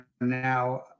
now